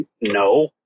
no